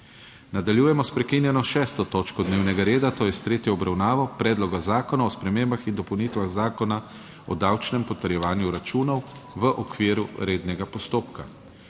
**Nadaljujemo s prekinjeno 6. točko dnevnega reda - tretja obravnava Predloga zakona o spremembah in dopolnitvah Zakona o davčnem potrjevanju računov, v okviru rednega postopka.**